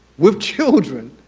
with children,